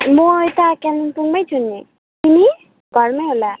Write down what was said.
म यता कालिम्पोङमै छु नि तिमी घरमै होला